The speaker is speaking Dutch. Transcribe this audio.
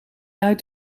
uit